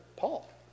Paul